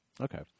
Okay